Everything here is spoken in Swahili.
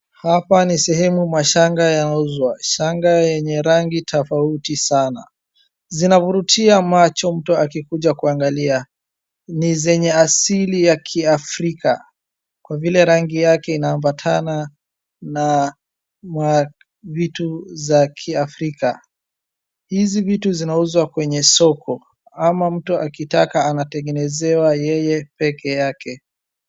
Hapa ni sehemu mashanga yauzwa . Shanga yenye rangi tofauti sana .Zinavurutia macho mtu akikuja kuangalia, ni zenye asili ya kiafrika kwa vile rangi yake yaambatana na vitu za kiafrika . Hizi vitu vinauzwa kwenye soko ama mtu akitaka anatengenezewa yeye pekee yake.